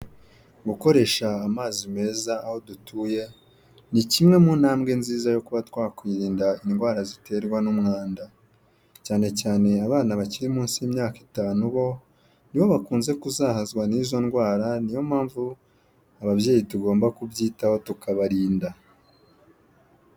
Gukoresha amazi meza aho dutuye ni kimwe mu ntambwe nziza yo kuba twakwirinda indwara ziterwa n'umwanda, cyane cyane abana bakiri munsi y'imyaka itanu bo nibo bakunze kuzahazwa n'izo ndwara niyo mpamvu ababyeyi tugomba kubyitaho tukabarinda.